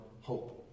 hope